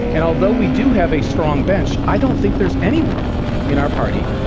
and although we do have a strong bench, i don't think there's anyone in our party,